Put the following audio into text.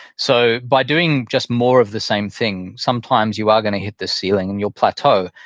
so by doing just more of the same thing, sometimes you are going to hit the ceiling and you'll plateau,